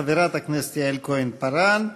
חברת הכנסת יעל כהן-פארן,